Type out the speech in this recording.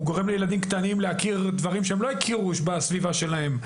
הוא גורם לילדים קטנים להכיר דברים שהם לא הכירו בסביבה שלהם,